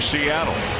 Seattle